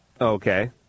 Okay